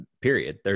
period